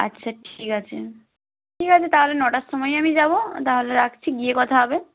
আচ্ছা ঠিক আছে ঠিক আছে তাহলে নটার সময়ই আমি যাব তাহলে রাখছি গিয়ে কথা হবে